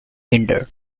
hinder